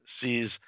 sees